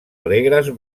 alegres